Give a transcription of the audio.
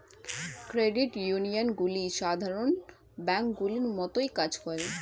credit ইউনিয়নগুলি সাধারণ ব্যাঙ্কগুলির মতোই কাজ করে